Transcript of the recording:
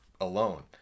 alone